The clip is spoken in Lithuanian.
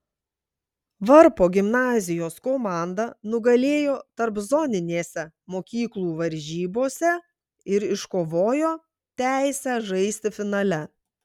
varpo gimnazijos komanda nugalėjo tarpzoninėse mokyklų varžybose ir iškovojo teisę žaisti finale